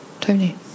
Tony